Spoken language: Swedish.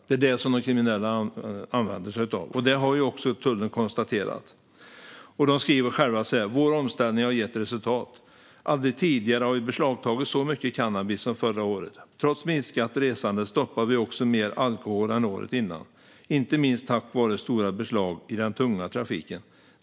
Det är de som de kriminella använder sig av, som också tullen har konstaterat. Charlotte Svensson säger: Vår omställning har gett resultat. Aldrig tidigare har vi beslagtagit så mycket cannabis som förra året. Trots minskat resande stoppade vi också mer alkohol än året innan, inte minst tack vare stora beslag i den tunga trafiken.